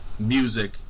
Music